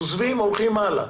עוזבים, הולכים הלאה.